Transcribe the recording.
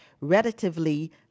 relatively